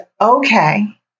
okay